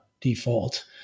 default